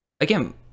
again